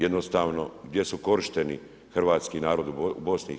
Jednostavno gdje su korišteni Hrvatski narod u BiH?